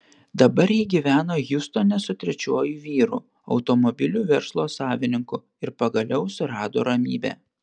dabar ji gyvena hjustone su trečiuoju vyru automobilių verslo savininku ir pagaliau surado ramybę